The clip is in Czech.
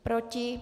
Proti?